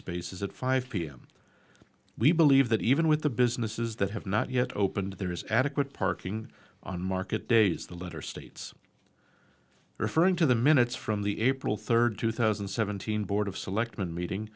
spaces at five pm we believe that even with the businesses that have not yet opened there is adequate parking on market days the letter states referring to the minutes from the april third two thousand and seventeen board of selectmen meeting